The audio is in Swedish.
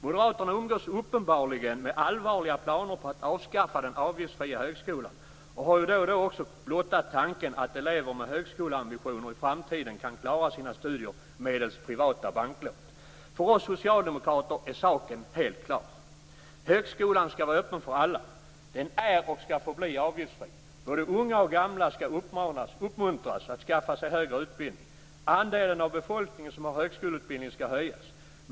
Moderaterna umgås uppenbarligen med allvarliga planer på att avskaffa den avgiftsfria högskolan och har ju då och då också blottat tanken att elever med högskoleambitioner i framtiden kan klara sina studier medelst privata banklån. För oss socialdemokrater är saken helt klar: Högskolan skall vara öppen för alla. Den är, och skall förbli, avgiftsfri. Både unga och gamla skall uppmuntras att skaffa sig högre utbildning. Andelen av befolkningen med högskoletubildning skall höjas.